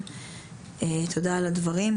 תודה על הדברים.